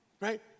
right